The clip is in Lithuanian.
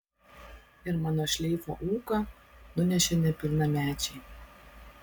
ir mano šleifo ūką nunešė nepilnamečiai